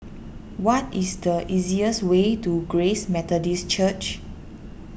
what is the easiest way to Grace Methodist Church